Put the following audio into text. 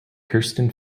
kirsten